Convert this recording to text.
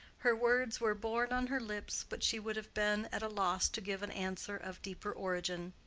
her words were born on her lips, but she would have been at a loss to give an answer of deeper origin.